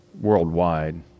worldwide